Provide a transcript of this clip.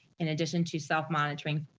in addition to self monitoring,